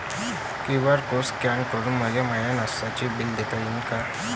QR code scan करून मले माय नास्त्याच बिल देता येईन का?